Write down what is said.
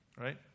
right